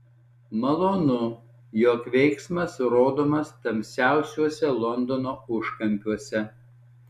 malonu jog veiksmas rodomas tamsiausiuose londono užkampiuose